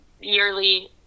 yearly